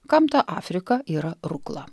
kam ta afrika yra rukla